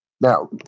Now